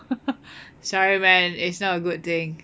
sorry man is not a good thing